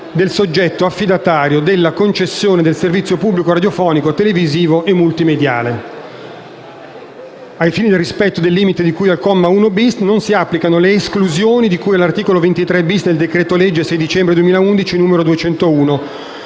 del soggetto affidatario della concessione del servizio pubblico radiofonico, televisivo e multimediale. 1.*bis*.2. Ai fini del rispetto del limite di cui al comma 1-*bis*.l non si applicano le esclusioni di cui all'articolo 23-*bis* del decreto-legge 6 dicembre 2011, n. 201,